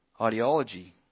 ideology